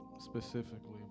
specifically